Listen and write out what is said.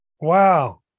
Wow